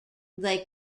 they